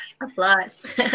applause